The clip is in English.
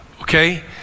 okay